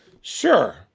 Sure